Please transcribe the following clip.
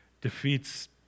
defeats